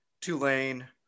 Tulane